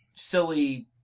silly